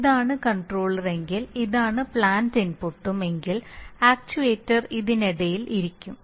ഇതാണ് കൺട്രോളർ എങ്കിൽ ഇതാണ് പ്ലാന്റ് ഇൻപുട്ടും എങ്കിൽ ആക്യുവേറ്റർ അതിനിടയിൽ ഇരിക്കും